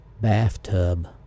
bathtub